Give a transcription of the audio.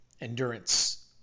endurance